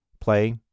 play